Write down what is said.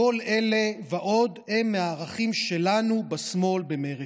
כל אלה ועוד הם מהערכים שלנו בשמאל, במרצ.